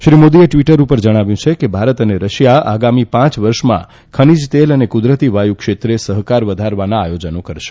શ્રી મોદીએ ટ઼વીટર પર જણાવ્યું કે ભારત અને રશિયા અગામી પાંચ વર્ષમાં ખનીજ તેલ અને કુદરતી વાયુ ક્ષેત્રે સહકાર વધારવા આયોજન કરશે